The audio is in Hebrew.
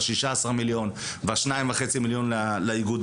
השישה עשר מיליון, והשניים וחצי מיליון לאיגודים.